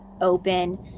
open